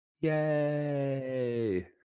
yay